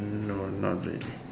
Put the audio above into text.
no not really